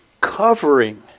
covering